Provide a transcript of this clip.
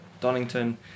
Donington